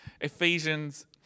Ephesians